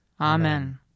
Amen